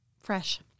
Fresh